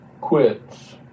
quits